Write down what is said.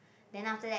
then after that